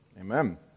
amen